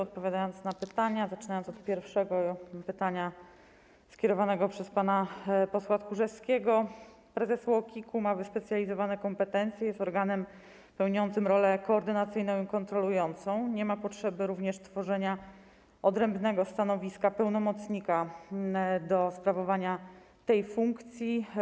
Odpowiadając na pytania, zaczynając od pierwszego pytania skierowanego przez pana posła Tchórzewskiego, prezes UOKiK-u ma wyspecjalizowane kompetencje, jest organem pełniącym rolę koordynacyjną i kontrolującą, nie ma potrzeby również tworzenia odrębnego stanowiska pełnomocnika do sprawowania tej funkcji.